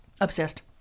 obsessed